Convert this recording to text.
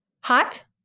Hot